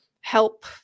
help